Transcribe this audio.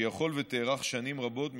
שעשויה להיארך שנים רבות,